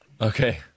okay